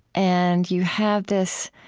and you have this